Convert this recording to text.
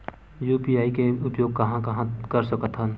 UPI के उपयोग कहां कहा कर सकत हन?